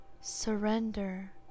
Surrender